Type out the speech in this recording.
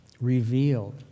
revealed